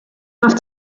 have